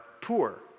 poor